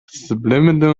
subliminal